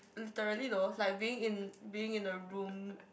literally though like being in being in a room